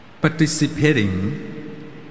participating